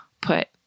put